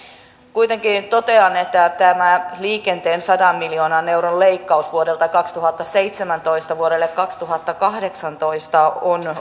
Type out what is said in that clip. kuitenkin totean että tämä liikenteen sadan miljoonan euron leikkaus vuodelta kaksituhattaseitsemäntoista vuodelle kaksituhattakahdeksantoista on